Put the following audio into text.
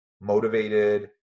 motivated